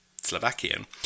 Slovakian